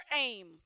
aim